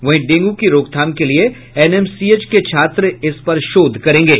वहीं डेंगू की रोकथाम के लिए एनएमसीएच के छात्र इस पर शोध करेंगे